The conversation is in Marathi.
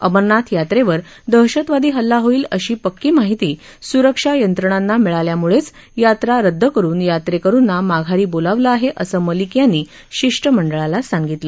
अमरनाथ यात्रेवर दहशतवादी हल्ला होईल अशी पक्की माहिती सुरक्षा यंत्रणांना मिळाल्यामुळेच यात्रा रद्द करून यात्रेकरूना माघारी बोलवलं आहे असं मलिक यांनी शिष्टमंडळाला सांगितलं